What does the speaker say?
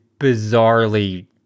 bizarrely